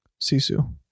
Sisu